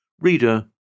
Reader